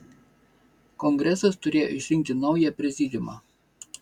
kongresas turėjo išrinkti naują prezidiumą